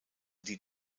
die